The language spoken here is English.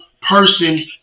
person